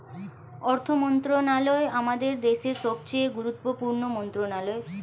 অর্থ মন্ত্রণালয় আমাদের দেশের সবচেয়ে গুরুত্বপূর্ণ মন্ত্রণালয়